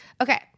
Okay